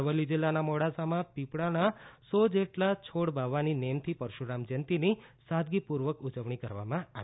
અરવલ્લી જિલ્લાના મોડાસામાં પીપળાના સો જેટલા છોડ વાવવાની નેમથી પરશુરામ જયંતિની સાદગીપૂર્વક ઉજવણી કરવામાં આવી